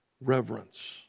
Reverence